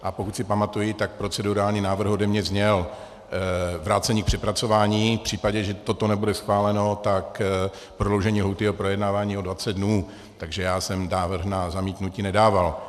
A pokud si pamatuji, tak procedurální návrh ode mě zněl: vrácení k přepracování a v případě, že toto nebude schváleno, tak prodloužení lhůty projednávání o 20 dnů, takže já jsem návrh na zamítnutí nedával.